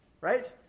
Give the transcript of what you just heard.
right